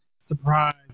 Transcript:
surprise